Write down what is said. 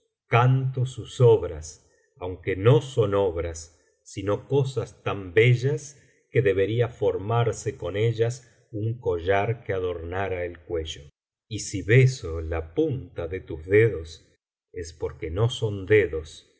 canto sus obras aunque no son obras sino cosas tam bellas que debería formarse con ellas un collar que adornara el cuello y si beso la punta de tus dedos es porque no son dedos